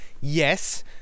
yes